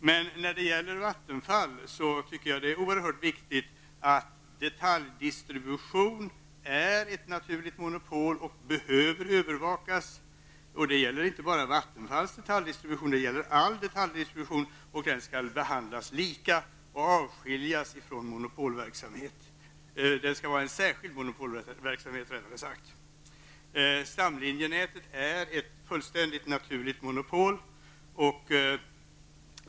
Men när det gäller Vattenfall tycker jag att det är oerhört viktigt att detaljdistribution är ett naturligt monopol och att det övervakas. Det gäller inte bara Vattenfalls detaljdistribution utan all detaljdistribution. Den skall behandlas lika och avskiljas från monopolverksamhet. Det skall rättare sagt vara en särskild monopolverksamhet. Stamlinjenätet är ett fullständigt naturligt monopol.